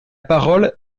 parole